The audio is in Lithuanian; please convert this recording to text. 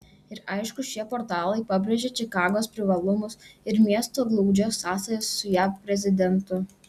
ir aišku šie portalai pabrėžia čikagos privalumus ir miesto glaudžias sąsajas su jav prezidentu